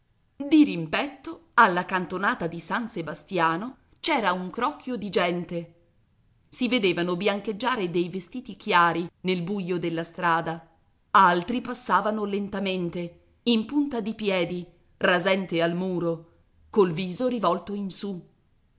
rimpetto alla cantonata di san sebastiano c'era un crocchio di gente si vedevano biancheggiare dei vestiti chiari nel buio della strada altri passavano lentamente in punta di piedi rasente al muro col viso rivolto in su